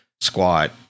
squat